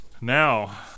Now